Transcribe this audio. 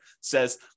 says